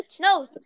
No